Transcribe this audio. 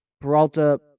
Peralta